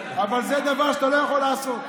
אבל זה דבר שאתה לא יכול לעשות,